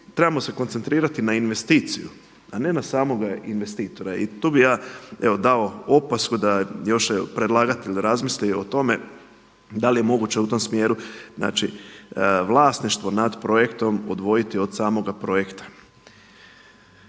trebamo se koncentrirati na investiciju a ne na samoga investitora. I tu bih ja evo dao opasku da još predlagatelj razmisli o tome da li je moguće u tom smjeru, znači vlasništvo nad projektom odvojiti od samoga projekta.